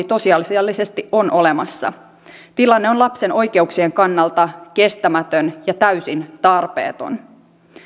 tosiasiallisesti on olemassa tilanne on lapsen oikeuksien kannalta kestämätön ja täysin tarpeeton